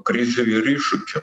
krizių ir iššūkių